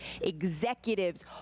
executives